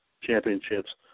championships